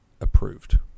approved